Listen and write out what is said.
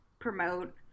promote